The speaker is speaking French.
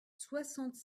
soixante